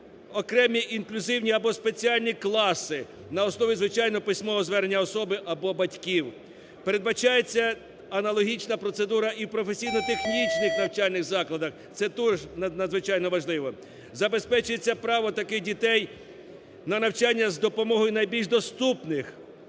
окремі інклюзивні або спеціальні класи на основі звичайного письмового звернення особи або батьків. Передбачається аналогічна процедура і в професійно-технічних навчальних закладах, це теж надзвичайно важливо. Забезпечується право таких дітей на навчання з допомогою найбільш доступних